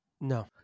No